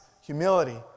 humility